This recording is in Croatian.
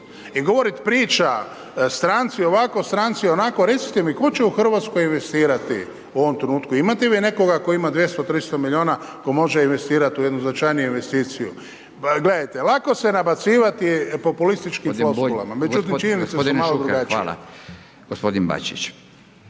I govoriti priča stranci ovako, stranci onako, recite mi tko će u Hrvatskoj investirati u ovom trenutku? Imate vi nekoga tko ima 200, 300 milijuna tko može investirati u jednu značajniju investiciju. Pa gledajte, lako se nabacivati populističkim floskulama međutim činjenice su malo drugačije.